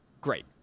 great